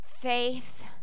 faith